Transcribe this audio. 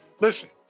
Listen